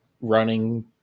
running